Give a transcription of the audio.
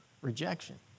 rejection